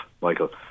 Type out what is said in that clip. Michael